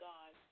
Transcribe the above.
God